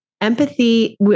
empathy